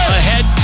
ahead